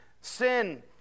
Sin